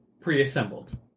Pre-assembled